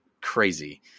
crazy